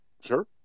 Sure